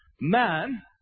Man